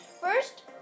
First